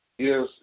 Yes